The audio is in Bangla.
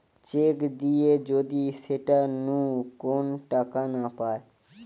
চেক দিয়ে যদি সেটা নু কোন টাকা না পায়